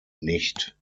nicht